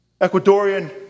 Ecuadorian